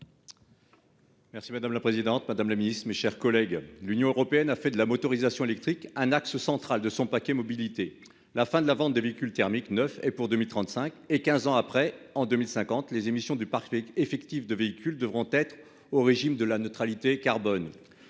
Merci madame la présidente Madame la Ministre, mes chers collègues. L'Union européenne a fait de la motorisation électrique. Un axe central de son paquet mobilité la fin de la vente de véhicules thermiques 9 et pour 2035 et 15 ans après en 2050 les émissions du parc effectif de véhicules devront être au régime de la neutralité carbone.